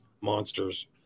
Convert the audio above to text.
monsters